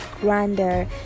grander